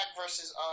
versus